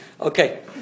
Okay